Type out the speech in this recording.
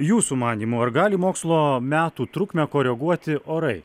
jūsų manymu ar gali mokslo metų trukmę koreguoti orai